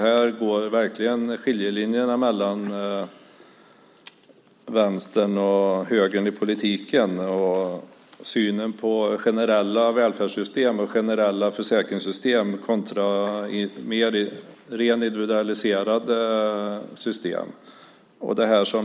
Här går verkligen skiljelinjen mellan vänstern och högern i politiken, i synen på generella välfärdssystem och generella försäkringssystem kontra rent individualiserade system.